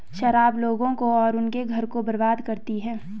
शराब लोगों को और उनके घरों को बर्बाद करती है